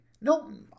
no